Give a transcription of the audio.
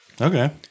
Okay